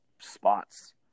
spots